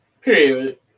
Period